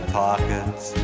pockets